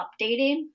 updating